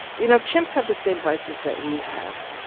you know chimps have the same vices that we have.